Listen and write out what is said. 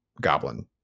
goblin